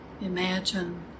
imagine